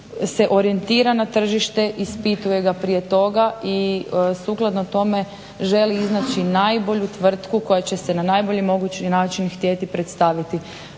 se orijentira na tržište, ispituje ga prije toga i sukladno tome želi iznaći najbolju tvrtku koja će se na najbolji mogući način htjeti predstaviti.